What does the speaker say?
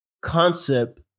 concept